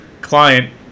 client